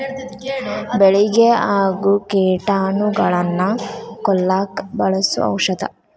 ಬೆಳಿಗೆ ಆಗು ಕೇಟಾನುಗಳನ್ನ ಕೊಲ್ಲಾಕ ಬಳಸು ಔಷದ